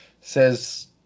says